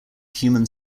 human